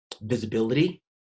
visibility